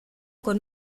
con